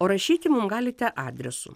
o rašyti mum galite adresu